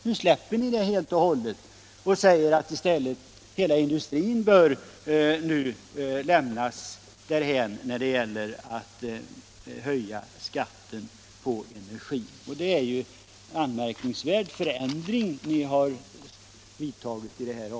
Nu släpper ni detta helt och hållet och säger i stället att hela industrin bör lämnas därhän när det gäller att höja energiskatten. Det är en anmärkningsvärd förändring i inställningen.